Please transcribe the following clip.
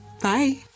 Bye